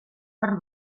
per